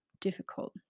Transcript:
difficult